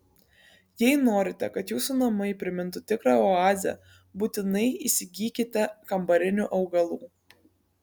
jei norite kad jūsų namai primintų tikrą oazę būtinai įsigykite kambarinių augalų